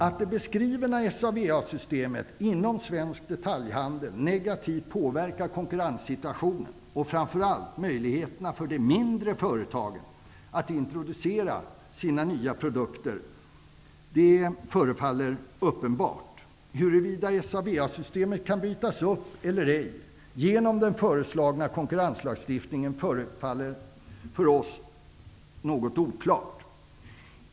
Att det beskrivna SA VA-systemet kan brytas upp eller ej genom den föreslagna konkurrenslagstiftningen förefaller något oklart för oss.